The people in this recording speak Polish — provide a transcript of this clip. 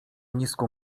nisko